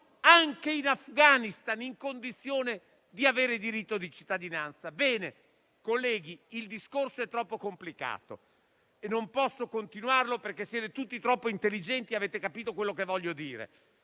anche in Afghanistan in condizione di avere diritto di cittadinanza. Bene, colleghi, il discorso è troppo complicato e non posso continuarlo, perché siete tutti troppo intelligenti e avete capito quello che voglio dire.